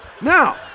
Now